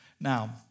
Now